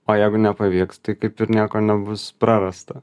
o jeigu nepavyks tai kaip ir nieko nebus prarasta